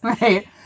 Right